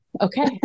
okay